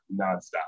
nonstop